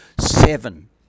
Seven